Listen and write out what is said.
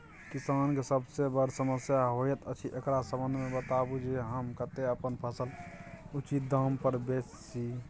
किसान के सबसे बर समस्या होयत अछि, एकरा संबंध मे बताबू जे हम कत्ते अपन फसल उचित दाम पर बेच सी?